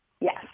Yes